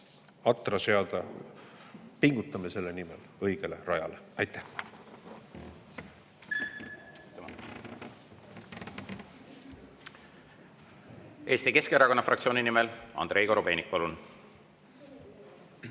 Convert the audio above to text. atra seada – pingutame selle nimel – õigele rajale. Aitäh!